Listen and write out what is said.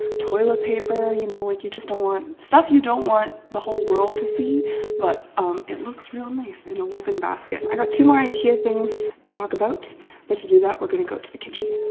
toilet paper, you know, like you just don't want stuff you don't want the whole world to see but it looks real nice in a woven basket. i got two more ikea things to talk about but to do that we're going to go to the kitchen.